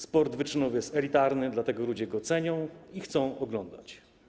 Sport wyczynowy jest elitarny, dlatego ludzie go cenią i chcą oglądać.